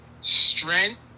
strength